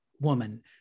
woman